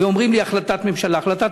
ואומרים לי: החלטת ממשלה.